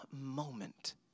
moment